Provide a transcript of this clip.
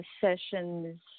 sessions